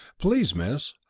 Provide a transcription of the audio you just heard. please, miss,